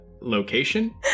location